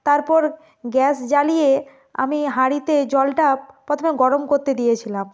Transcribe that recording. তারপর গ্যাস জালিয়ে আমি হাঁড়িতে জলটা প্রথমে গরম করতে দিয়েছিলাম